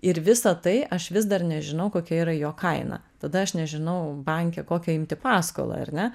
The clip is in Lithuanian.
ir visa tai aš vis dar nežinau kokia yra jo kaina tada aš nežinau banke kokią imti paskolą ar ne